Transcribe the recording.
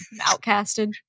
outcasted